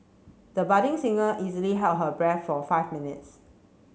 the budding singer easily held her breath for five minutes